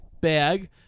bag